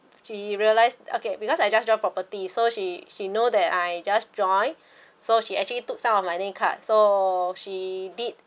she realise okay because I just joined property so she she know that I just joined so she actually took some of my name card so she did